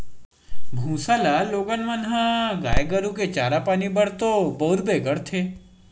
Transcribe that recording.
भूसा ल लोगन मन ह गाय गरु के चारा पानी बर तो बउरबे करथे